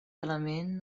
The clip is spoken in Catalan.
element